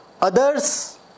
Others